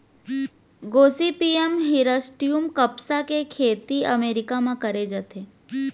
Gossypium hirsutum कपसा के खेती अमेरिका म करे जाथे